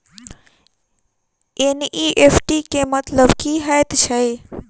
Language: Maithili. एन.ई.एफ.टी केँ मतलब की हएत छै?